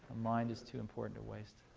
mind is too important to waste.